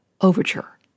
overture